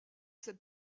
cette